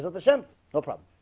the same no problem